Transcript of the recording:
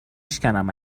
شکنم